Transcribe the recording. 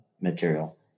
material